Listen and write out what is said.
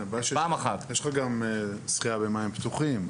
הבעיה שיש לך גם שחייה במים פתוחים.